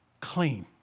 clean